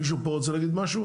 מישהו פה רוצה להגיש משהו?